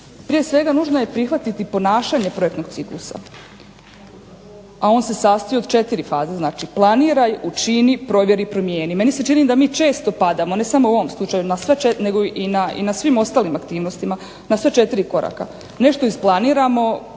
Prije svega nužno je prihvatiti ponašanje projektnog ciklusa, a on se sastoji od četiri faze, znači planiraj, učini, provjeri, promijeni. Meni se čini da mi često padamo, ne samo u ovom slučaju, na sve, nego i na svim ostalim aktivnostima, na sva četiri koraka. Nešto isplaniramo